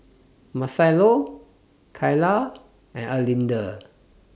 Marcello Kyla and Erlinda